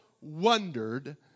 wondered